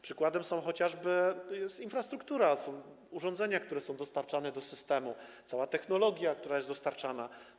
Przykładem chociażby jest infrastruktura, urządzenia, które są dostarczane do systemu, cała technologia, która jest do niego dostarczana.